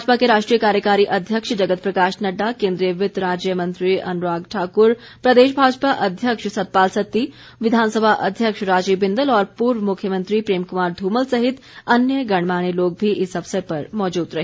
भाजपा के राष्ट्रीय कार्यकारी अध्यक्ष जगत प्रकाश नड्डा केन्द्रीय वित्त राज्य मंत्री अनुराग ठाकुर प्रदेश भाजपा अध्यक्ष सतपाल सत्ती विधानसभा अध्यक्ष राजीव बिंदल और पूर्व मुख्यमंत्री प्रेम कुमार धूमल सहित अन्य गणमान्य लोग भी इस अवसर पर मौजूद रहे